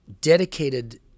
dedicated